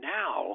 now